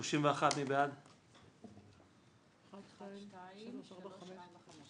של סיעת המחנה הציוני לסעיף 1 לא אושרה ותעלה למליאה לקריאה השנייה